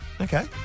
Okay